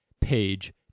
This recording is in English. Page